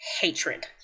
hatred